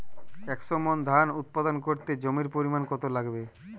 একশো মন ধান উৎপাদন করতে জমির পরিমাণ কত লাগবে?